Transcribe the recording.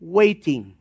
waiting